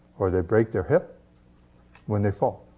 or they break their hip when they fall.